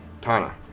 Tana